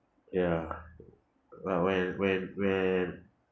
ya wh~ whe~ whe~ when